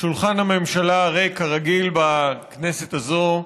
שולחן הממשלה ריק, כרגיל בכנסת הזו.